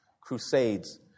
crusades